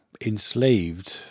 enslaved